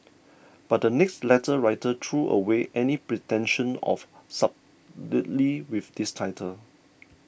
but the next letter writer threw away any pretension of subtlety with this title